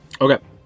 Okay